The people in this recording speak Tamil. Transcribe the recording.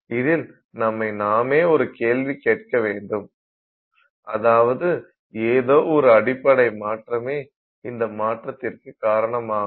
இதில் நம்மை நாமே ஒரு கேள்வி கேட்க வேண்டும் அதாவது ஏதோ ஒரு அடிப்படை மாற்றமே இந்த மாற்றத்திற்கு காரணம் ஆகும்